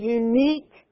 unique